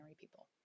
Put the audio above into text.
people